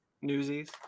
Newsies